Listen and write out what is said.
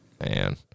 Man